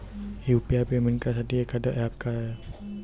UPI payment करासाठी एखांद app हाय का?